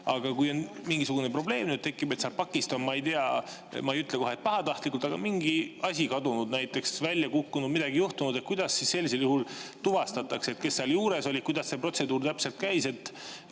Aga kui tekib mingisugune probleem, näiteks sealt pakist on – ma ei ütle kohe, et pahatahtlikult, aga on – mingi asi kadunud, midagi välja kukkunud, midagi on juhtunud, kuidas siis sellisel juhul tuvastatakse, kes seal juures olid ja kuidas see protseduur täpselt käis?